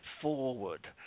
forward